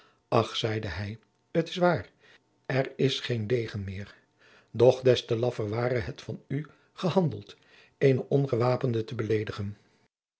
zeide hij t is waar er is geen degen meer doch des te laffer ware het van u gehandeld eenen ongewapende te beledigen